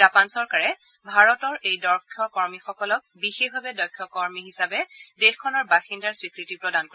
Japan চৰকাৰে ভাৰতৰ এই দক্ষ কৰ্মীসকলক বিশেষভাৱে দক্ষ কৰ্মী হিচাপে দেশখনৰ বাসিন্দাৰ স্বীকৃতি প্ৰদান কৰিব